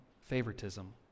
favoritism